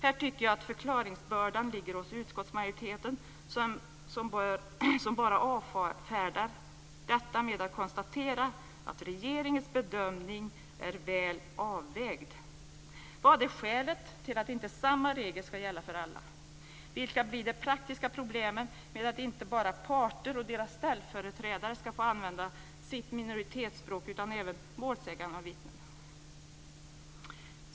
Här tycker jag att förklaringsbördan ligger hos utskottsmajoriteten, som bara avfärdar detta med att konstatera att regeringens bedömning är väl avvägd. Vad är skälet till att inte samma regel ska gälla för alla? Vilka blir de praktiska problemen med att inte bara parter och deras ställföreträdare ska få använda sitt minoritetsspråk utan även målsägande och vittnen?